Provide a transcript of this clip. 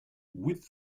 with